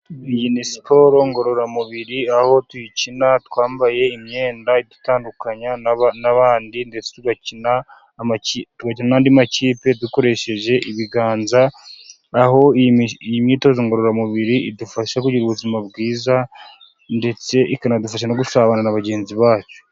Iyi ni siporo ngororamubiri, aho tuyikina twambaye imyenda idutandukanya n'abandi, ndetse tugakina n'andi makipe dukoresheje ibiganza. Aho iyi myitozo ngororamubiri idufasha kugira ubuzima bwiza, ndetse ikanadufasha no gusabana na bagenzi bacu.